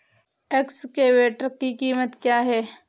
Excavator की कीमत क्या है?